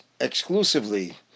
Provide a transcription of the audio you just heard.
exclusively